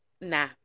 nah